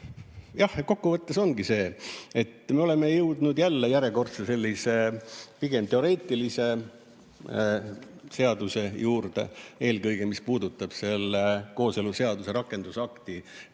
Jah, kokku võttes ongi see, et me oleme jõudnud jälle järjekordse sellise pigem teoreetilise seaduse juurde, eelkõige mis puudutab kooseluseaduse rakendusakti